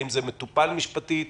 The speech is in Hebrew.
האם זה מטופל משפטית?